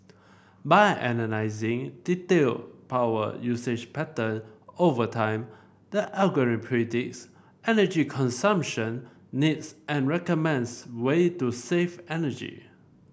by analysing detailed power usage pattern over time the algorithm predicts energy consumption needs and recommends way to save energy